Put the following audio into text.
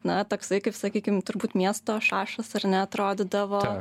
na toksai kaip sakykim turbūt miesto šašas ar ne atrodydavo